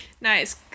Nice